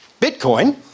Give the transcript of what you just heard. Bitcoin